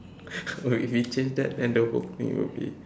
if we change that then the whole thing would be